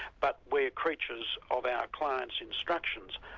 but we're creatures of our clients' instructions.